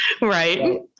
Right